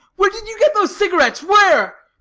where did you get those cigarettes? where?